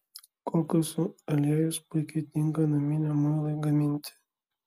kokosų aliejus puikiai tinka naminiam muilui gaminti